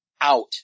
out